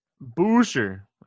Boucher